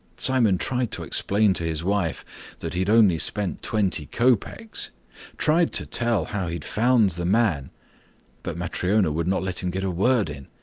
simon tried to explain to his wife that he had only spent twenty kopeks tried to tell how he had found the man but matryona would not let him get a word in.